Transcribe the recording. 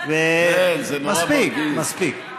כן, זה נורא מרגיז, מספיק, מספיק.